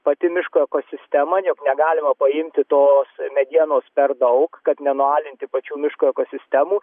pati miško ekosistema jog negalima paimti tos medienos per daug kad nenualinti pačių miško ekosistemų